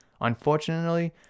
unfortunately